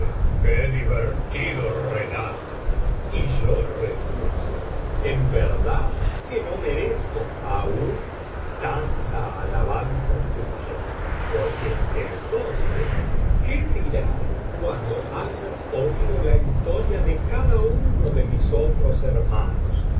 divertido relato y yo repuse en verdad que no merezco aún tanta alabanza tuya porque entonces qué dirás cuando hayas oído la historia de cada uno ele mis otros hermanos